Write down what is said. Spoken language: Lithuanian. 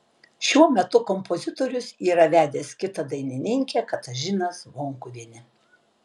šiuo metu kompozitorius yra vedęs kitą dainininkę katažiną zvonkuvienę